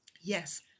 Yes